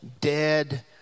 dead